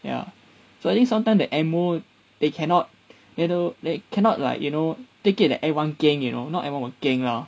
ya so I think sometimes the M_O they cannot you know they cannot like you know take it that everyone keng you know not everyone will keng lor